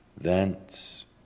thence